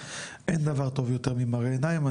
אין דבר טוב יותר ממראה עיניים,